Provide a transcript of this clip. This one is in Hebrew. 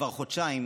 כבר חודשיים